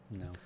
No